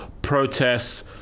protests